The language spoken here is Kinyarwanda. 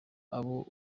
abo